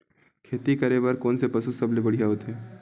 खेती करे बर कोन से पशु सबले बढ़िया होथे?